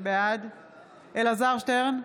בעד אלעזר שטרן,